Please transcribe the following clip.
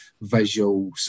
visual